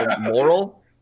Moral